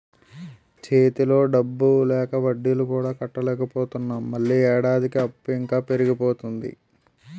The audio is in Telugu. చేతిలో డబ్బు లేక వడ్డీలు కూడా కట్టలేకపోతున్నాము మళ్ళీ ఏడాదికి అప్పు ఇంకా పెరిగిపోతాది